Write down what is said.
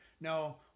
No